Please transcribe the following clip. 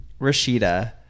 Rashida